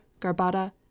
Garbada